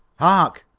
hark!